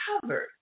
covered